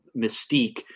Mystique